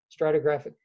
stratigraphic